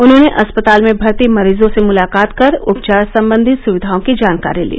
उन्होंने अस्पताल में भर्ती मरीजों से मलाकात कर उपचार संबंधी सुविधाओं की जानकारी ली